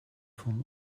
von